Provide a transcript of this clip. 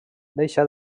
deixà